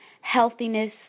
healthiness